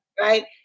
right